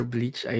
Bleach